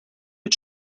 mit